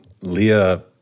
Leah